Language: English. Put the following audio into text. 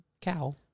cow